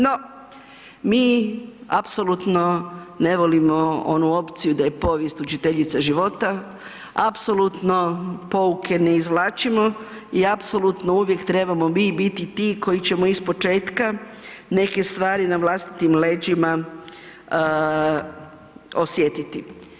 No, mi apsolutno ne volim onu opciju da je povijest učiteljica života, apsolutno pouke ne izvlačimo i apsolutno uvijek trebamo mi biti ti koji ćemo ispočetka neke stvari na vlastitim leđima osjetiti.